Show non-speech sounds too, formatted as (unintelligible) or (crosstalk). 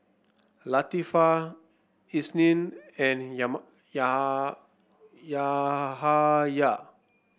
Latifa Isnin and (unintelligible) Yahaya